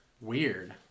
weird